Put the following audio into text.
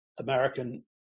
American